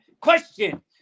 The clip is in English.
question